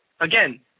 again